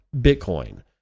Bitcoin